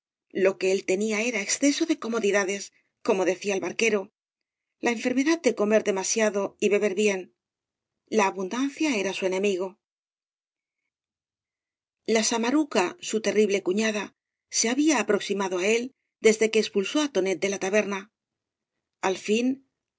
lo que él tenia era exceso de comodidades como decía el barquero la enfermedad de comer demasiado y beber bien la abundancia era su enemigo la samaruca su terrible cufiada se había aproximado á él desde que expulsó á tonet de la taberna ái fin